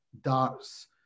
darts